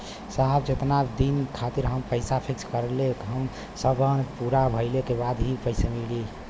साहब जेतना दिन खातिर हम पैसा फिक्स करले हई समय पूरा भइले के बाद ही मिली पैसा?